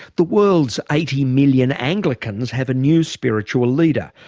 the world's eighty million anglicans have a new spiritual leader.